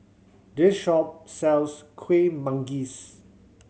this shop sells Kuih Manggis